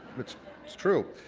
which it's true.